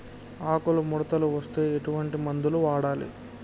ఆకులు ముడతలు వస్తే ఎటువంటి మందులు వాడాలి?